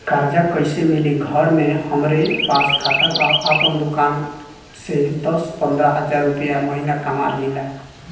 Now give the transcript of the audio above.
कर्जा कैसे मिली घर में हमरे पास खाता बा आपन दुकानसे दस पंद्रह हज़ार रुपया महीना कमा लीला?